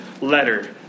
letter